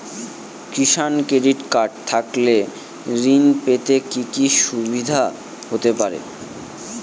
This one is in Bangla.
কিষান ক্রেডিট কার্ড থাকলে ঋণ পেতে কি কি সুবিধা হতে পারে?